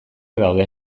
daude